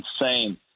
insane